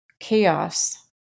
chaos